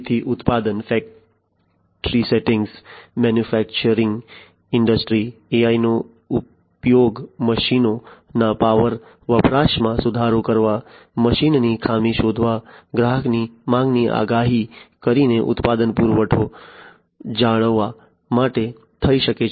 તેથી ઉત્પાદન ફેક્ટર્સ સેક્ટરમાં મેન્યુફેક્ચરિંગ ઈન્ડસ્ટ્રીઝ AI નો ઉપયોગ મશીનો ના પાવર વપરાશમાં સુધારો કરવા મશીનરીની ખામી શોધવા ગ્રાહકની માંગની આગાહી કરીને ઉત્પાદન પુરવઠો જાળવવા માટે થઈ શકે છે